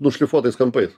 nušlifuotais kampais